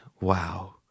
wow